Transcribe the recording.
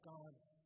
God's